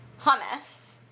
hummus